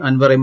Anwar M